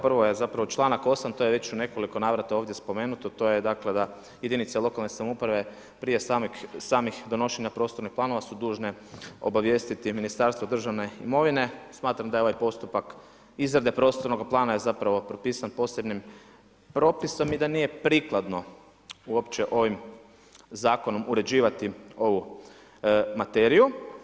Prvo je članak 8., to je već u nekoliko navrata ovdje spomenuto, to je dakle da jedinice lokalne samouprave prije samih donošenja prostornih planova su dužne obavijestiti Ministarstvo državne imovine, smatram da je ovaj postupak izrade prostornog plana je zapravo propisan posebnim propisom i da nije prikladno uopće ovim zakonom uređivati ovu materiju.